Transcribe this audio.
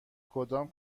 کدام